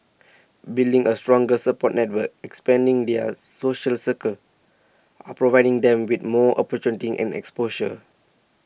building a stronger support network expanding their social circles are providing them with more opportunities and exposure